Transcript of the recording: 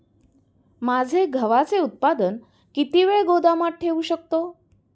माझे गव्हाचे उत्पादन किती वेळ गोदामात ठेवू शकतो?